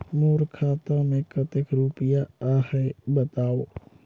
मोर खाता मे कतेक रुपिया आहे बताव?